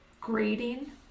grading